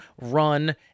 run